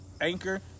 Anchor